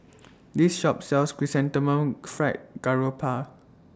This Shop sells Chrysanthemum Fried Garoupa